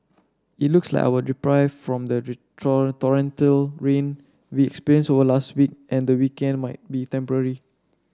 it looks like our reprieve from the torrential rain we experienced over last week and the weekend might be temporary